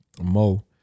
Mo